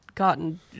gotten